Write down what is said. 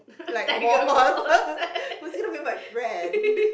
like moth who is gonna be my friend